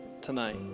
tonight